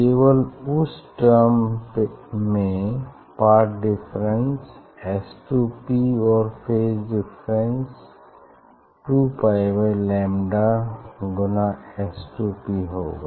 केवल उस टर्म में पाथ डिफरेंस S2P और phase difference 2 pi by lambda गुना S2P होगा